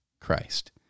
Christ